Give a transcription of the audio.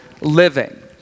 living